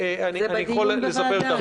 זה בדיון בוועדה.